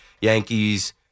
Yankees